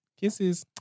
Kisses